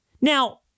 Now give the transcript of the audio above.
Now